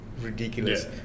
ridiculous